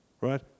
right